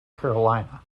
carolina